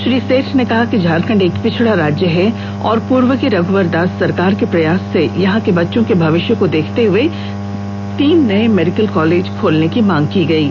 श्री सेठ ने कहा कि झारखंड एक पिछड़ा राज्य है और पूर्व की रघुवर दास सरकार के प्रयास से यहां के बच्चों के भविष्य को देखते हुए तीन नये मेडिकल कॉलेज खोलने की मांग की गई थी